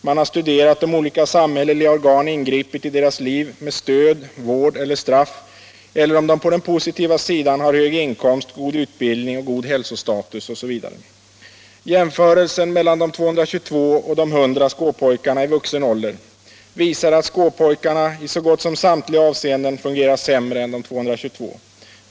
Man har studerat om olika samhälleliga organ har ingripit i deras liv med stöd, vård eller straff, eller om de på den positiva sidan har hög inkomst, god utbildning och god hälsostatus osv. Jämförelsen mellan de 222 Stockholmspojkarna och de 100 Skåpojkarna i vuxen ålder visar att Skåpojkarna i så gott som samtliga avseenden fungerar sämre än de 222.